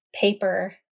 paper